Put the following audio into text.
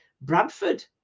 Bradford